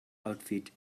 outfit